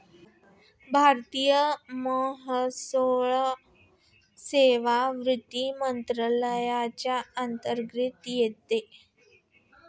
भारतीय महसूल सेवा वित्त मंत्रालयाच्या अंतर्गत येते